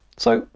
so,